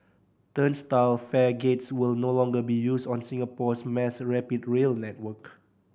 turnstile fare gates will no longer be used on Singapore's mass rapid rail network